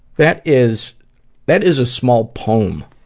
that is that is a small poem.